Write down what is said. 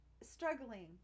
struggling